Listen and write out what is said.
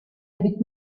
avec